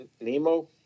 Nemo